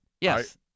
Yes